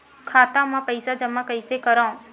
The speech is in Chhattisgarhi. खाता म पईसा जमा कइसे करव?